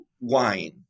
wine